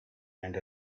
and